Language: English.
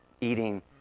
eating